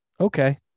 okay